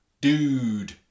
Dude